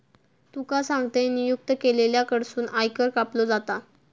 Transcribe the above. तुका सांगतंय, नियुक्त केलेल्या कडसून आयकर कापलो जाता